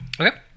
Okay